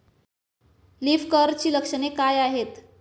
Leaf कर्लची लक्षणे काय आहेत?